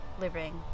living